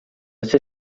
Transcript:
ser